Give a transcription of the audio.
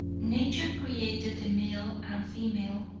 nature created the male and female,